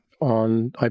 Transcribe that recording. on